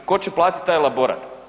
Tko će platiti taj elaborat?